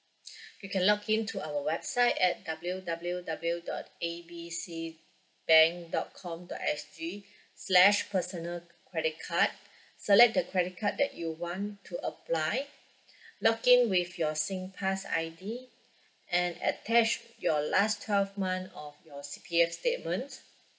you can log in to our website at W_W_W dot A B C bank dot com dot S_G slash personal credit card select the credit card that you want to apply log in with your SingPass I_D and attach your last twelve month of your C_P_F statements